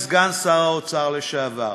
כסגן שר האוצר לשעבר.